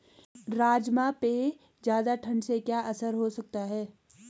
राजमा पे ज़्यादा ठण्ड से क्या असर हो सकता है?